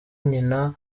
nyina